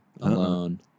alone